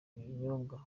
binyobwa